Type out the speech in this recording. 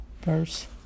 verse